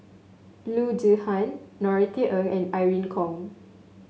Loo Zihan Norothy Ng and Irene Khong